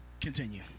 continue